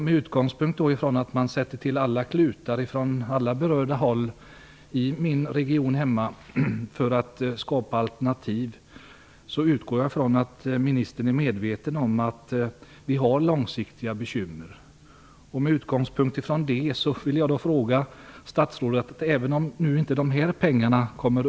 Med utgångspunkt i att alla klutar har satts till från alla berörda håll i min region för att skapa alternativ, utgår jag från att ministern är medveten om att det finns långsiktiga bekymmer.